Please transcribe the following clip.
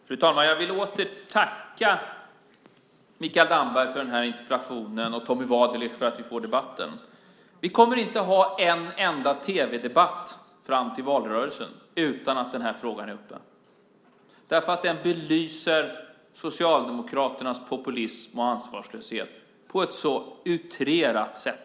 Fru talman! Jag vill än en gång tacka Mikael Damberg för interpellationen och Tommy Waidelich för att vi får debatten. Vi kommer inte att ha en enda tv-debatt fram till valrörelsen utan att den här frågan är uppe eftersom den belyser Socialdemokraternas populism och ansvarslöshet på ett så utrerat sätt.